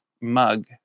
mug